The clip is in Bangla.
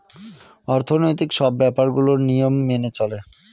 অর্থনৈতিক সব ব্যাপার গুলোর নিয়ম মেনে চলে